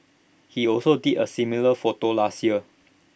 he also did A similar photo last year